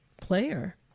player